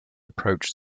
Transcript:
approached